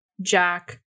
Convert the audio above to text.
Jack